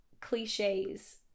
cliches